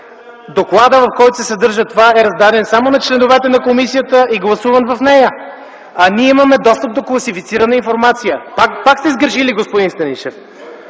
Докладът, в който се съдържа това, е раздаден само на членовете на комисията и е гласуван в нея, а ние имаме достъп до класифицирана информация. (Реплики от ГЕРБ.) Пак сте сгрешили, господин Станишев!